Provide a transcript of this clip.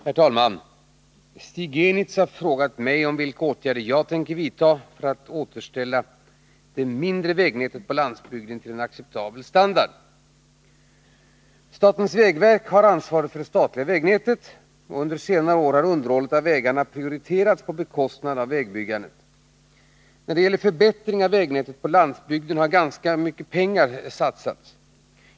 Herr talman! Stig Genitz har frågat mig om vilka åtgärder jag tänker vidta för att återställa det mindre vägnätet på landsbygden till en acceptabel standard. Statens vägverk har ansvaret för det statliga vägnätet. Under senare år har underhållet av vägarna prioriterats på bekostnad av vägbyggandet. När det gäller förbättring av vägnätet på landsbygden har ganska mycket pengar satsats.